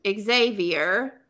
xavier